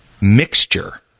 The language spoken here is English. mixture